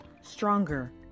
Stronger